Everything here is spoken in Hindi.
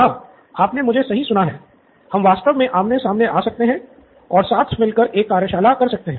हां आपने मुझे सही सुना है हम वास्तव में आमने सामने आ सकते हैं और साथ मिलकर एक कार्यशाला कर सकते हैं